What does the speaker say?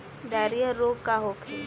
Diarrhoea रोग का होखे?